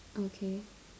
okay